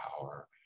power